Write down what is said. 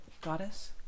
goddess